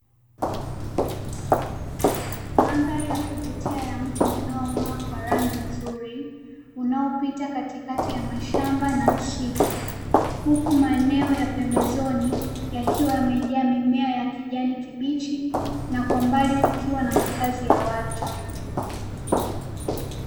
Mandhari ya kuvutia ya mto unaong'aa kwa rangi nzuri unaopita katikati ya mashamba na msitu, huku maeneo ya pembezoni yakiwa yamejaa mimea ya kijani kibichi na kwa mbali kukiwa na makazi ya watu.